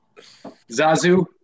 Zazu